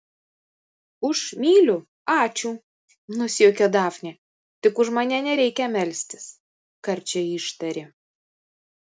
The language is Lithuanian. už myliu ačiū nusijuokė dafnė tik už mane nereikia melstis karčiai ištarė